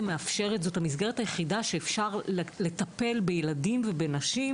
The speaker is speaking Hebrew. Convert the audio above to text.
זאת המסגרת היחידה שאפשר לטפל בילדים ובנשים